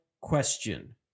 question